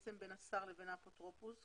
בין השר לבין האפוטרופוס,